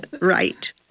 Right